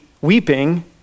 Weeping